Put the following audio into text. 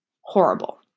Horrible